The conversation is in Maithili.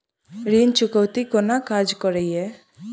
ऋण चुकौती कोना काज करे ये?